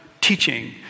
teaching